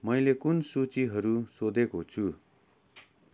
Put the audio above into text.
मैले कुन सूचीहरू सोधेको छु